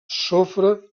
sofre